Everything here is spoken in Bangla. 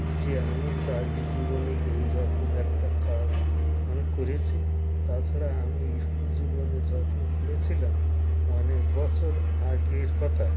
যে আমি চাকরি জীবনে এই রকম একটা কাজ আমি করেছি তাছাড়া আমি স্কুল জীবনে যখন পড়েছিলাম অনেক বছর আগের কথা